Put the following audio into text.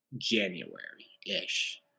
January-ish